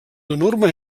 enorme